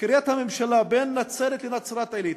קריית הממשלה היא בין נצרת לנצרת-עילית,